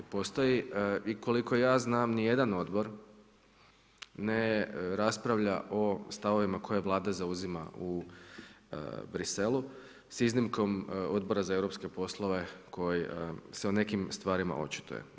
Postoje i koliko ja znam, ni jedan odbor, ne raspravlja o stavovima koje Vlada zauzima u Bruxellesu, s iznimkom Odbora za europske poslove, koji se o nekim stvarima očituje.